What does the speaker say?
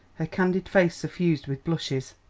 her candid face suffused with blushes.